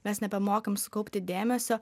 mes nebemokam sukaupti dėmesio